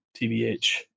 tbh